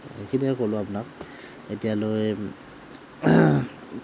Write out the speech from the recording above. সেইখিনিয়ে ক'লোঁ আপোনাক এতিয়ালৈ